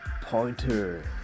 pointer